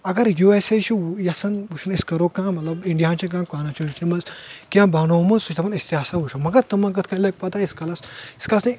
اگر یوٗ اٮ۪س اے چھُ یژھان وٕچھُن أسۍ کرو کٲم مطلب انڈیاہن چھِ کانسچیوٗشنہِ منٛز کینٛہہ بنٛومُت سُہ چھُ دپان أسۍ تہِ ہسا وٕچھو مگر تِمن کِتھ کٔنۍ لگہِ پتہ یٖتس کالس یٖتس کالس نہٕ